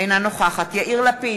אינה נוכחת יאיר לפיד,